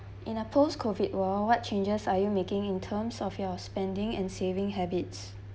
in a post COVID world what changes are you making in terms of your spending and saving habits